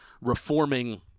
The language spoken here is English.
reforming